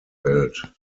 welt